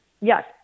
Yes